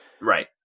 Right